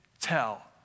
tell